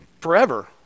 Forever